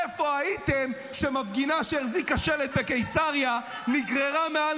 איפה הייתם כשמפגינה שהחזיקה שלט בקיסריה נגררה מעל